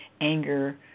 anger